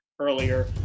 earlier